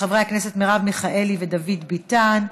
של חברי הכנסת מרב מיכאלי ודוד ביטן.